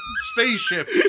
spaceship